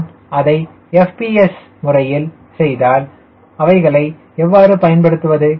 நான் அதை FPS இல் முறையில் செய்தால் அவைகளை எவ்வாறு பயன்படுத்துவது